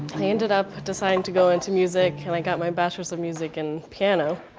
i ended up deciding to go into music, and i got my bachelor's of music in piano.